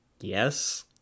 Yes